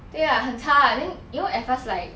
对啦很差 then you know at first like